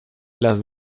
las